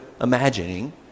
imagining